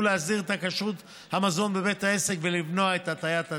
להסדיר את כשרות המזון בבית העסק ולמנוע את הטעיית הציבור.